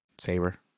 Saber